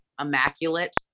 immaculate